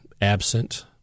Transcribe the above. absent